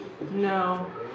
No